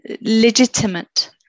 legitimate